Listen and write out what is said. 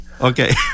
Okay